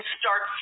start